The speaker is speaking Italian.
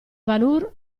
vanur